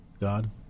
God